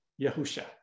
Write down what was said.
Yahusha